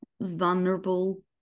vulnerable